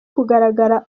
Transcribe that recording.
kugaragara